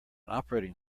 operating